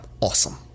awesome